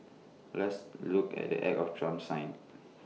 let's look at the act of Trump signed